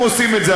הם עושים את זה,